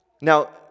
Now